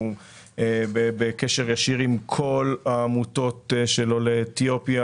אנחנו בקשר ישיר עם כל העמותות של עולי אתיופיה,